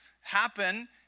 happen